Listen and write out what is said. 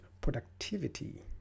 productivity